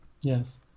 Yes